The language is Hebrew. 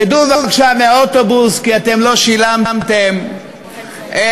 רדו בבקשה מהאוטובוס כי אתם לא שלמתם את